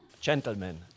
Gentlemen